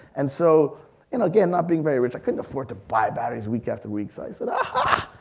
and so and again, not being very rich, i couldn't afford to buy batteries week after week, so i said, aha!